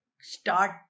start